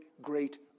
great